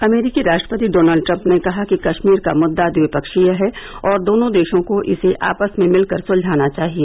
अमरीकी राष्ट्रपति Donald Trump ने कहा कि कश्मीर का मुदा द्विपक्षीय है और दोनों देशों को इसे आपस में मिलकर सुलझाना चाहिए